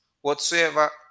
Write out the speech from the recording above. whatsoever